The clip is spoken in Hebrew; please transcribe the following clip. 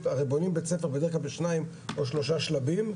הרי בדרך-כלל בונים בית-ספר בשניים או שלושה שלבים,